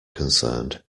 concerned